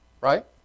Right